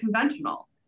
conventional